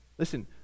Listen